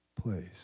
place